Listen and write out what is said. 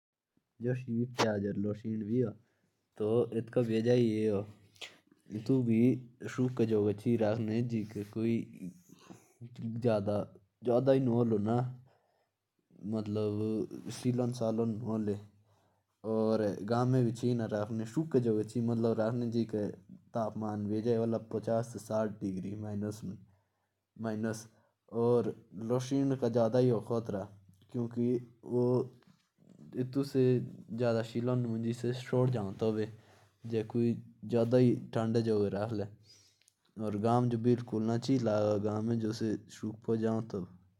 जैसे प्याज होती है। तो उसे भी ठंडे में रखना चाहिए और सूखा होना चाहिए। वरना अगर गीले में रखा तो वो सड़ भी सकती है।